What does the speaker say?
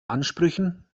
ansprüchen